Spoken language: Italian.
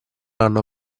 anno